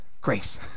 grace